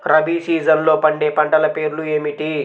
రబీ సీజన్లో పండే పంటల పేర్లు ఏమిటి?